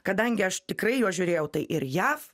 kadangi aš tikrai juos žiūrėjau tai ir jav